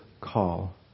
call